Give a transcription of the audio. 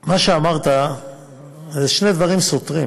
מה שאמרת זה שני דברים סותרים.